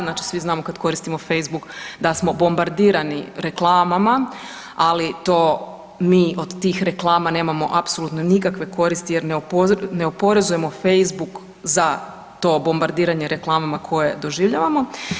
Znači svi znamo kad koristimo Facebook da smo bombardirani reklamama, ali to mi od tih reklama nemamo apsolutno nikakve koristi jer ne oporezujemo Facebook za to bombardiranje reklamama koje doživljavamo.